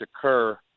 occur